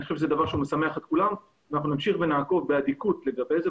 אנחנו נמשיך ונעקוב באדיקות לגבי זה.